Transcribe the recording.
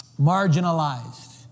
marginalized